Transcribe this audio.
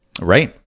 Right